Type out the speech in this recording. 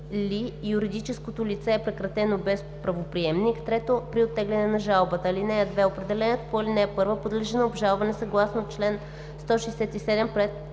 или юридическото лице е прекратено без правоприемник; 3. при оттегляне на жалбата. (2) Определението по ал. 1 подлежи на обжалване съгласно чл. 167 пред